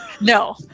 No